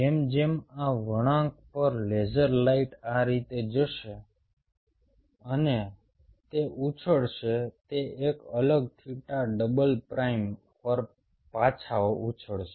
જેમ જેમ આ વળાંક પર લેસર લાઇટ આ રીતે જશે અને તે ઉછાળશે તે એક અલગ થીટા ડબલ પ્રાઇમ પર પાછા ઉછળશે